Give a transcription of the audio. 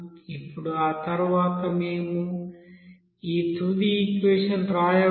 ఇప్పుడు ఆ తరువాత మేము ఈ తుది ఈక్వెషన్ వ్రాయవచ్చు